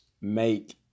make